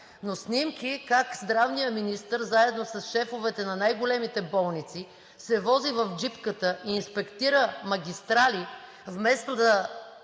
Но снимки как здравният министър, заедно с шефовете на най големите болници, се вози в джипката и инспектира магистрали, вместо да